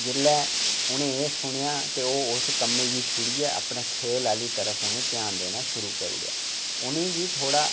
जेल्लै उनें एह सुनेआ ते ओह् उस कम्मै गी छोड़ियै अपने खेल आहली तरफ उनें ध्यान देना शुरु करी ओड़ेआ उनेंगी थोह्ड़ा